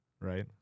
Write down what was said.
Right